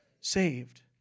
Saved